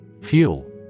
Fuel